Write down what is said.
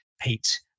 Pete